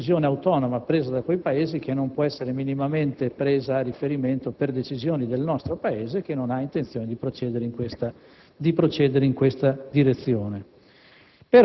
è una decisione autonoma presa da quei Paesi, che non può essere presa minimamente a riferimento per decisioni del nostro Paese, che non ha intenzione di procedere in questa direzione.